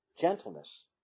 gentleness